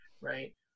right